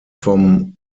vom